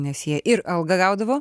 nes jie ir algą gaudavo